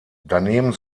daneben